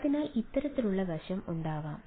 അതിനാൽ ഇത്തരത്തിലുള്ള വശം ഉണ്ടാകാം